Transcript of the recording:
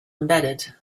embedded